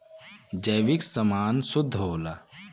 जैविक समान शुद्ध होला